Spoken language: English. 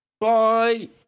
Bye